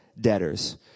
debtors